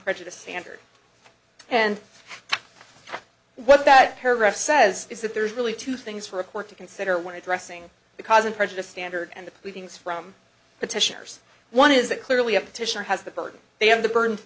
prejudice standard and what that paragraph says is that there's really two things for a court to consider when addressing the cause and prejudice standard and the pleadings from petitioners one is that clearly a petitioner has the burden they have the burn